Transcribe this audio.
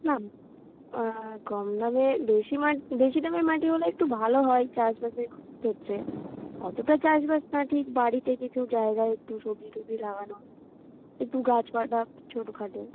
না কম দামে বেশি মা বেশি দামের মাটি হলে একটু ভালো হয় চাষবাসের ক্ষেত্রে অতটা চাষবাস না ঠিক বাড়িতে কিছু জায়গায় একটু সবজি টবজি লাগানো একটু গাছপালা ছোট খাটো